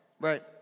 right